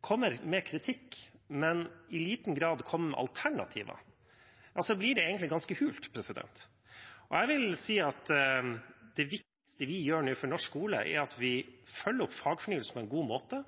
kommer med kritikk, men i liten grad kommer med alternativer, blir det egentlig ganske hult. Jeg vil si at det viktigste vi gjør nå for norsk skole, er at vi følger opp fagfornyelsen på en god måte,